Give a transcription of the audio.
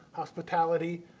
hospitality,